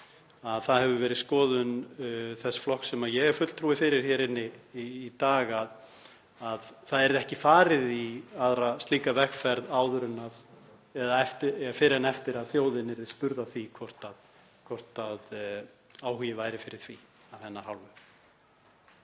að það hefur verið skoðun þess flokks sem ég er fulltrúi fyrir hér inni í dag að það yrði ekki farið í aðra slíka vegferð fyrr en eftir að þjóðin yrði spurð að því hvort áhugi væri fyrir því af hennar hálfu.